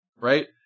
right